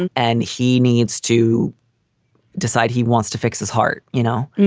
and and he needs to decide. he wants to fix his heart, you know.